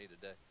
today